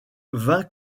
vin